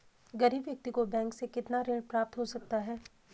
गरीब व्यक्ति को बैंक से कितना ऋण प्राप्त हो सकता है?